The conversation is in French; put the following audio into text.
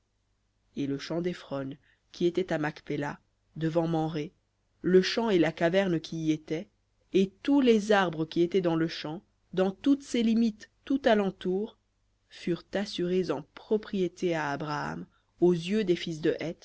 et le champ d'éphron qui était à macpéla devant mamré le champ et la caverne qui y était et tous les arbres qui étaient dans le champ dans toutes ses limites tout à lentour furent assurés en propriété à abraham aux yeux des fils de